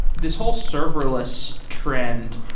this whole serverless trend,